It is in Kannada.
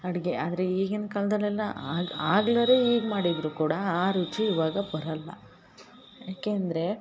ಅಡುಗೆ ಆದರೆ ಈಗಿನ ಕಾಲದಲ್ಲೆಲ್ಲ ಆಗ ಆಗ್ಲರೆ ಈಗ ಮಾಡಿದರೂ ಕೂಡ ಆ ರುಚಿ ಇವಾಗ ಬರಲ್ಲ ಏಕೆ ಅಂದರೆ